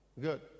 Good